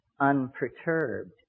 unperturbed